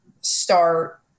start